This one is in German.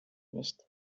nicht